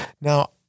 Now